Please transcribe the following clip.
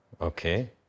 Okay